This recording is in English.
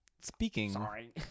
speaking